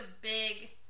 big